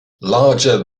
larger